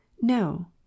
No